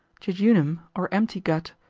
jejunum, or empty gut,